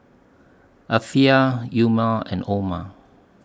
Afiqah Umar and Omar